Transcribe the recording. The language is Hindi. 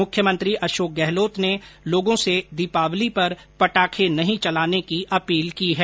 मुख्यमंत्री अशोक गहलोत ने लोगों से पटाखे नहीं चलाने की अपील की है